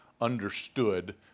understood